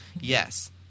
Yes